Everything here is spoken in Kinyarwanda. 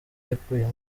yakuyemo